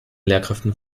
lehrkräften